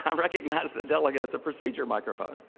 um recognize the delegate at the procedure microphone.